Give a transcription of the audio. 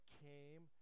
came